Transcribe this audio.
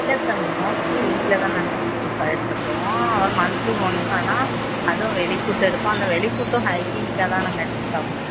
இல்லை sir mostly வீட்டில்தான் நாங்கள் ஃபுட்டு சார் எடுத்துக்கிடுவோம் ஆனால் மன்த்லி ஒன்ஸ் வேணால் அதும் வெளி ஃபுட்டு எடுப்போம் அந்த வெளி ஃபுட்டும் ஹைஜீனிக்காகதான் நாங்கள் எடுத்து சாப்பிடுவோம்